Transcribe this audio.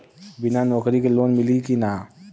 बिना नौकरी के लोन मिली कि ना?